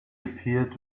appeared